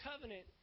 covenant